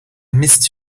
missed